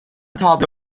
تابلو